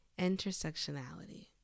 intersectionality